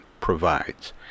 provides